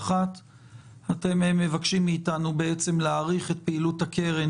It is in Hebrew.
אתם מבקשים מאיתנו להאריך את פעילות הקרן